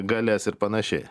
galias ir panašiai